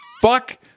fuck